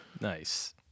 Nice